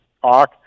talk